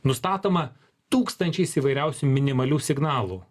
nustatoma tūkstančiais įvairiausių minimalių signalų